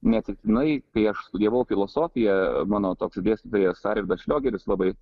neatsitiktinai kai aš studijavau filosofiją mano toks dėstytojas arvydas šliogeris labai